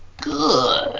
Good